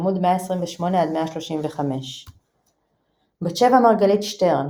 עמ' 128–135. בת-שבע מרגלית-שטרן,